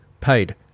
paid